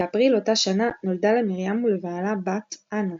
באפריל אותה שנה נולדה למרים ולבעלה בת, אנה.